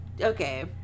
Okay